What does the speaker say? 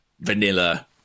vanilla